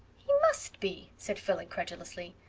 he must be, said phil incredulously.